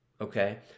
Okay